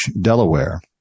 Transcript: Delaware